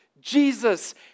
Jesus